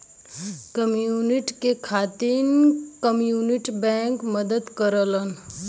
community क विकास खातिर कम्युनिटी बैंक मदद करलन